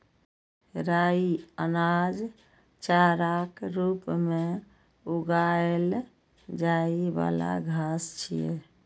राइ अनाज, चाराक रूप मे उगाएल जाइ बला घास छियै